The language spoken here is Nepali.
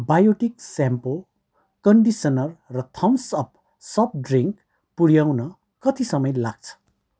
बायोटिक सेम्पो कन्डिसनर र थम्स अप सफ्ट ड्रिङ्क पुऱ्याउन कति समय लाग्छ